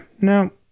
No